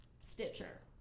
Stitcher